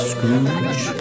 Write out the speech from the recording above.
Scrooge